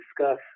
discuss